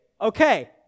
okay